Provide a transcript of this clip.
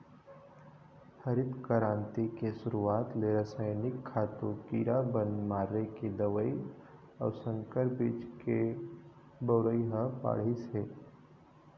हरित करांति के सुरूवात ले रसइनिक खातू, कीरा बन मारे के दवई अउ संकर बीज के बउरई ह बाढ़िस हे